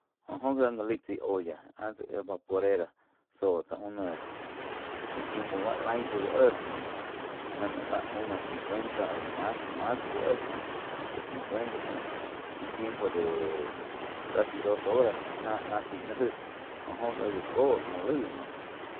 Joh jo gía gá laí tsaí olla áh tsi vaporera zóh tsá unas un tiempo báh laig shiu uh éh mgu bá na unos cincuenta óh mas-mas gi uh éh jo de cincuen joh un tiempo de casi dos horas na-na zaig ni aig jo-jo gia já kó jo laih óh.